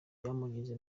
byamugize